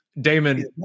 damon